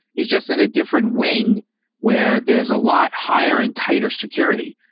he's just in a different wing where there is a lot higher and tighter security.